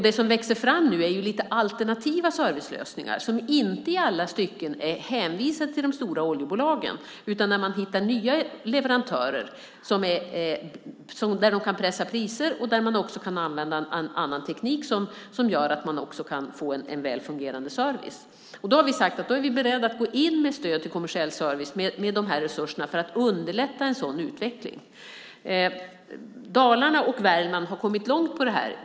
Det som växer fram nu är ju lite alternativa servicelösningar som inte i alla stycken är hänvisade till de stora oljebolagen utan man hittar nya leverantörer där man kan pressa priser och där man också kan använda en annan teknik som gör att vi kan få en väl fungerande service. Då har vi sagt att vi är beredda att gå in med de här resurserna och ge stöd till kommersiell service för att underlätta en sådan utveckling. Dalarna och Värmland har kommit långt med det här.